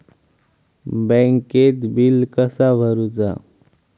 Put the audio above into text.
बँकेत बिल कसा भरुचा?